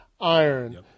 iron